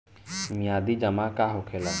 मियादी जमा का होखेला?